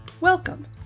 Welcome